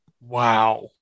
Wow